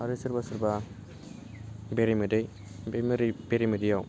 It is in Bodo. आरो सोरबा सोरबा बेरे मोदै बे बेरे मोदैयाव